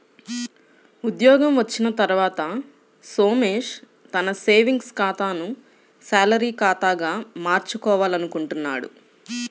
ఉద్యోగం వచ్చిన తర్వాత సోమేష్ తన సేవింగ్స్ ఖాతాను శాలరీ ఖాతాగా మార్చుకోవాలనుకుంటున్నాడు